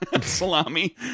salami